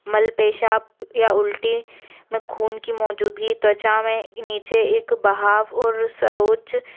मल पेशाब या उलटी में खून की मौजूदगी त्वचा में नीचे एक बहाव और खरोच